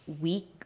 week